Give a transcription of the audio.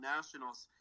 Nationals